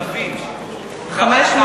לקחתם, חברת הכנסת לביא?